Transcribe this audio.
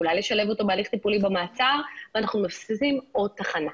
אולי לשלב אותו בהליך טיפולי במעצר ואנחנו מפסידים עוד תחנה.